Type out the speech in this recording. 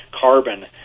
carbon